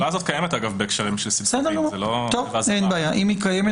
התשובה הזאת קיימת בהקשרים של --- אם היא קיימת,